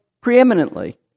preeminently